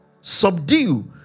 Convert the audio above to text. subdue